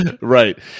right